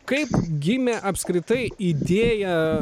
kaip gimė apskritai idėja